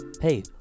Hey